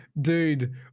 Dude